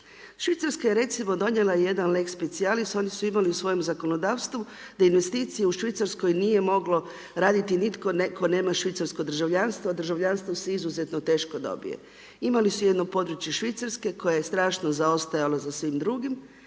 Švicarska je recimo donijela jedan lex specialis, oni su imali u svojem zakonodavstvu da investicije u Švicarskoj nije mogao raditi nitko tko nema švicarsko državljanstvo a državljanstvo je izuzetno teško dobije. Imali su jedno područje švicarske koje je strašno zaostajalo za svim drugim